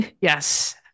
Yes